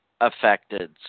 affected